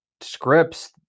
scripts